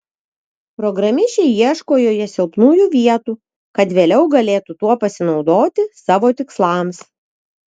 programišiai ieško joje silpnųjų vietų kad vėliau galėtų tuo pasinaudoti savo tikslams